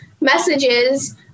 messages